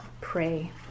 pray